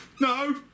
No